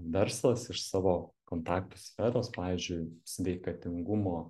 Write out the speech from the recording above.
verslas iš savo kontaktų sferos pavyzdžiui sveikatingumo